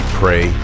pray